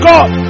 God